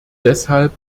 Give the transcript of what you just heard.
deshalb